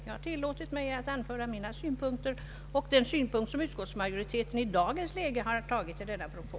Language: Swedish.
Jag har tillåtit mig att anföra min egen uppfattning och de synpunkter som utskottsmajoriteten i dagens läge har framfört beträffande denna propå.